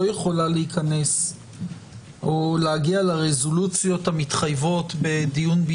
יכולה להיכנס או להגיע לרזולוציות המתחייבות בדיון...